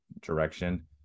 direction